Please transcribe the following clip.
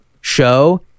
show